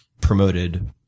promoted